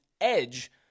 edge